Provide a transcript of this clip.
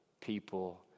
people